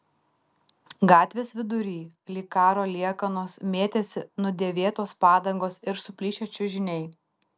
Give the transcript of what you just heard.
gatvės vidury lyg karo liekanos mėtėsi nudėvėtos padangos ir suplyšę čiužiniai